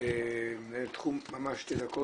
מנהל תחום, ממש שתי דקות.